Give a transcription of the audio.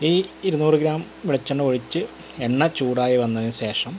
ഈ ഇരുനൂറ് ഗ്രാം വെളിച്ചെണ്ണ ഒഴിച്ച് എണ്ണ ചൂടയി വന്നതിനു ശേഷം